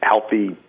healthy